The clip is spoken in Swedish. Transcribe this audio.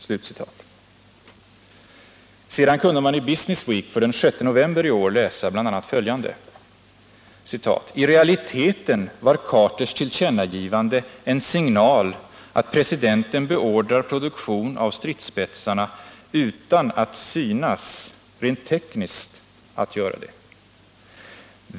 I Business Week kunde man den 6 november i år läsa bl.a. följande: I 127 realiteten var Carters tillkännagivande en signal att presidenten beordrar produktion av stridsspetsarna utan att synas — rent tekniskt — göra det.